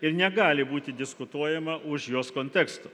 ir negali būti diskutuojama už jos konteksto